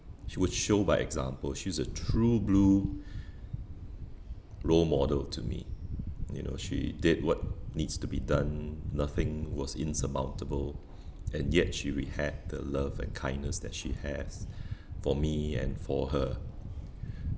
she would show by example she's a true blue role model to me you know she did what needs to be done nothing was insurmountable and yet she will had the love and kindness that she has for me and for her